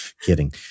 Kidding